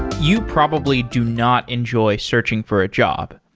you probably do not enjoy searching for a job.